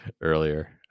earlier